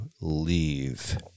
leave